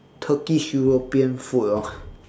turkish european food lor